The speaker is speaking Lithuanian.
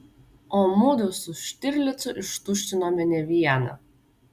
o mudu su štirlicu ištuštinome ne vieną